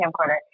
camcorder